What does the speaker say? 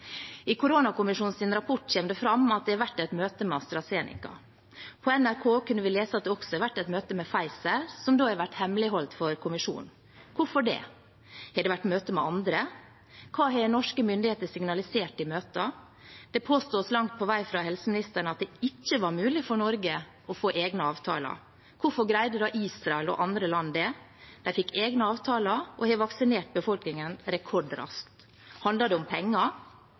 rapport kommer det fram at det har vært et møte med AstraZeneca. På NRK kunne vi lese at det også vært et møte med Pfizer, som da har vært hemmeligholdt for kommisjonen. Hvorfor? Har det vært møte med andre? Hva har norske myndigheter signalisert i møtene? Det påstås langt på vei fra helseministeren at det ikke var mulig for Norge å få egne avtaler. Hvorfor greide da Israel og andre land det? De fikk egne avtaler og har vaksinert befolkningen rekordraskt. Handler det om penger?